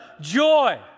joy